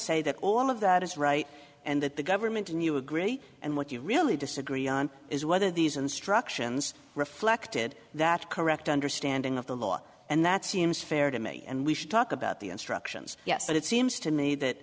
that all of that is right and that the government and you agree and what you really disagree on is whether these instructions reflected that correct understanding of the law and that seems fair to me and we should talk about the instructions yes but it seems to me that